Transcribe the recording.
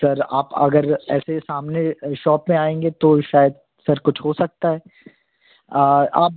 sir आप अगर ऐसे सामने शॉप में आएंगे तो शायद सर कुछ हो सकता है आप